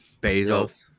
Bezos